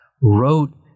wrote